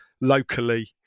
locally